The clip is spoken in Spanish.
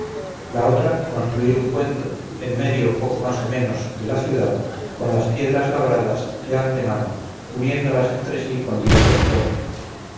la otra construir un puente en medio poco más o menos de la ciudad con las piedras labradas de antemano uniéndolas entre sí con hierro y plomo